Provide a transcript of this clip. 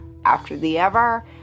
AfterTheEver